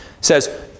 says